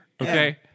okay